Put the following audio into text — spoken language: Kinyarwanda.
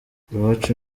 iwacu